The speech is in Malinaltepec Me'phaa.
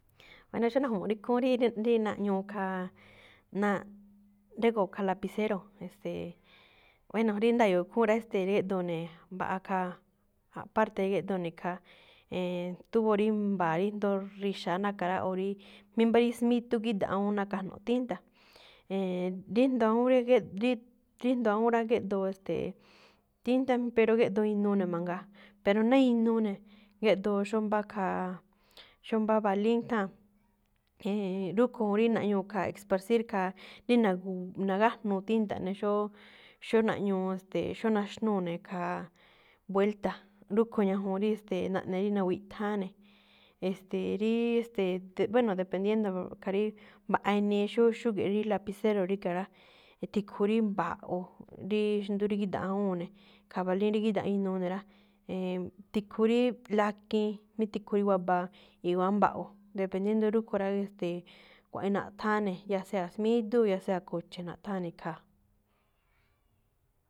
Bueno, xóo na̱ju̱mu̱ꞌ rí ikhúúnꞌ rí- rí naꞌñuu, khaa, náaꞌ régo̱o̱ khaa lapicero, e̱ste̱e̱, bueno rí nda̱yo̱o̱ khúúnꞌ rá, e̱ste̱e̱, rí géꞌdoo ne̱e̱ mbaꞌa khaa, kha parte géꞌdoo̱ ne̱ khaa, e̱e̱n, tubo rí mba̱a̱ rí ndóor ríxa̱á naka rá o rí, mí mbá rí smídú gíꞌda̱ꞌ awúún ná kajno̱ꞌ tinta, e̱e̱n, rí jndo awúún rí géꞌ-rí rí jndo awúún rá géꞌdoo, e̱ste̱e̱, tíntan, pero géꞌdoo inuu ne̱ mangaa, pero ná inuu ne̱, géꞌdoo xóo mbá khaa, xóo mbáa balín tháa̱n, e̱e̱n, rúꞌkho̱ juun rí naꞌñuu khaa esparcir, khaa, rí na̱gu̱w- nagájnuu tinta ꞌne, xóo, xóo naꞌñuu, ste̱e̱, xóo naxnúu ne̱, khaa, vuelta. Rúꞌkhue̱n ñajuun rí, ste̱e̱ naꞌne rí nawiꞌtháa ne̱. E̱ste̱e̱, ríí, e̱ste̱e̱, bueno, dependiendo, khaa rí mbaꞌ inii xóo xúge̱ꞌ rí lapicero ríga̱ rá. Tikhu rí mba̱ꞌo̱, ríí xndú rí gída̱ꞌ awúun ne̱, khaa balín rí gída̱ꞌ inuu ne̱ rá, e̱e̱n tikhu ríí lakiin, mí tikhu rí waba, i̱wa̱á mba̱ꞌo̱, dependiendo rúꞌkhue̱n rá, rí e̱ste̱e̱, kuaꞌnii naꞌtháán ne̱, ya sea smídú, ya sea ko̱che̱ naꞌtháán ne̱ khaa.